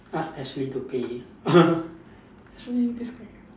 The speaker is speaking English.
ask Ashley to pay actually this kind